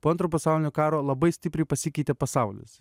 po antro pasaulinio karo labai stipriai pasikeitė pasaulis